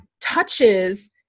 touches